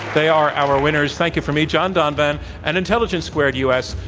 they are our winners. thank you from me, john donvan and intelligence squared u. s.